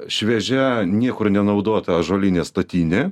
šviežia niekur nenaudota ąžuolinė statinė